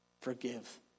Forgive